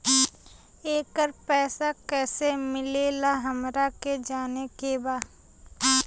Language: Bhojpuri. येकर पैसा कैसे मिलेला हमरा के जाने के बा?